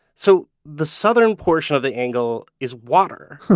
so the southern portion of the angle is water,